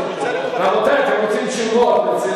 אתם רוצים תשובות,